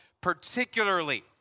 particularly